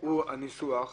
הוא הניסוח,